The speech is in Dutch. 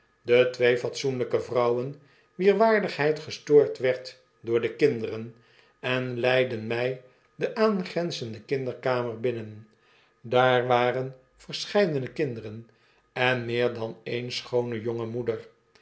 de twee fatsoenlijke vrouwen wier waardigheid gestoord werd door de kinderen en leidden mij de aangrenzende kinderkamer binnen daar waren verscheidene kinderen en meer dan één e schoon e jonge moeder